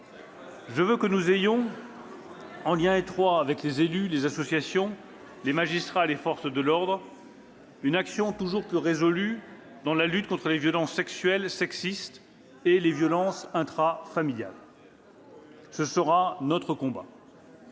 Je veux que nous ayons, en lien étroit avec les élus, les associations, les magistrats et les forces de l'ordre, une action toujours plus résolue dans la lutte contre les violences, sexuelles, sexistes et intrafamiliales. Ce sera notre combat,